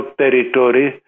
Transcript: territory